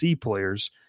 players